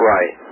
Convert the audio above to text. Right